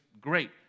great